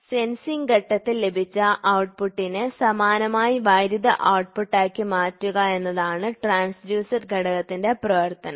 sensing ഘട്ടത്തിൽ ലഭിച്ച ഔട്ട്പുട്ടിനെ സമാനമായ വൈദ്യുത ഔട്ട്പുട്ടാക്കി മാറ്റുക എന്നതാണ് ട്രാൻസ്ഡ്യൂസർ ഘടകത്തിന്റെ പ്രവർത്തനം